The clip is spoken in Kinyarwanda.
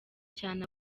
cyane